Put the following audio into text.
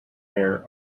air